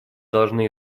должны